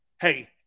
hey